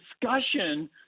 discussion